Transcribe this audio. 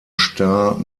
star